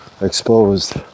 exposed